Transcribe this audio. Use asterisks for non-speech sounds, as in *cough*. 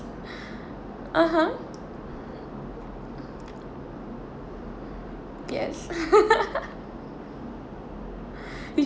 (uh huh) yes *laughs*